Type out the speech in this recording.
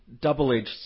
double-edged